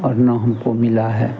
और ना हमको मिला है